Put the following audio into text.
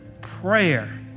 prayer